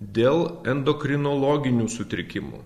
dėl endokrinologinių sutrikimų